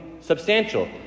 substantial